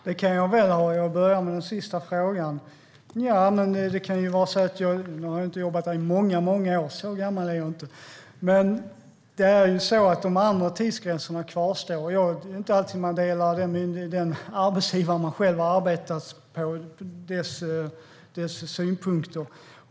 Herr talman! Det kan jag mycket väl ha. Jag börjar med den sista frågan. Nu har jag ju inte jobbat på Försäkringskassan i många, många år - så gammal är jag inte. De andra tidsgränserna kvarstår, och det är dessutom inte alltid man delar de synpunkter som den arbetsgivare man själv har arbetat hos har.